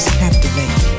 captivate